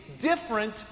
different